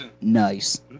Nice